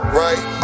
right